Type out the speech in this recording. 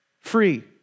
free